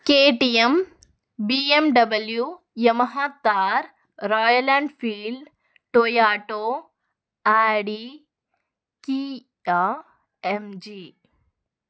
KTM BMW Yamaha Thar Royal Enfield Toyota Audi కీటా MG